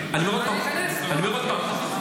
ואני איכנס --- אני אומר עוד פעם,